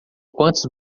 quantos